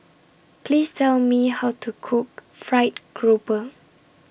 Please Tell Me How to Cook Fried Grouper